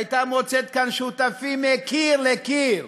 והייתה מוצאת כאן שותפים מקיר לקיר,